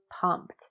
pumped